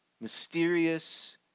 mysterious